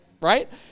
right